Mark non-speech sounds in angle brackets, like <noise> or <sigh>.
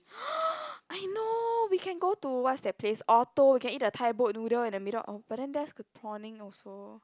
<noise> I know we can go to what's that place Orto we can eat the Thai boat noodle in the middle oh but then there's the prawning also